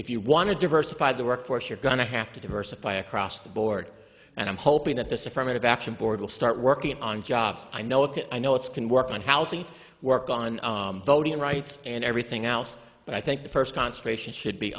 if you want to diversify the workforce you're going to have to diversify across the board and i'm hoping that this affirmative action board will start working on jobs i know it i know it's can work on house and work on voting rights and everything else but i think the first conservation should be